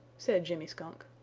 said jimmy skunk.